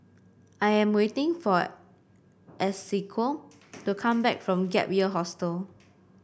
I am waiting for Esequiel to come back from Gap Year Hostel